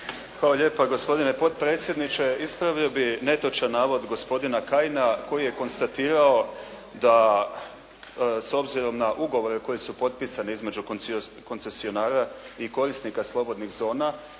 Hvala lijepa gospodine potpredsjedniče. Ispravio bih netočan navod gospodina Kajina koji je konstatirao da s obzirom na ugovore koji su potpisani između koncesionara i korisnika slobodnih zona